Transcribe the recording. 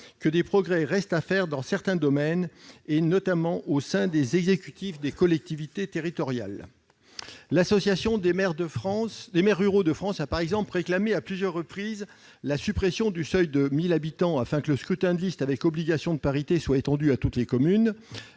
que des progrès restaient à faire dans certains domaines, notamment au sein des exécutifs des collectivités territoriales. L'Association des maires ruraux de France a, par exemple, réclamé à plusieurs reprises la suppression du seuil de 1 000 habitants, afin que le scrutin de liste avec obligation de parité soit étendu à toutes les communes.